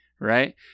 right